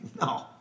no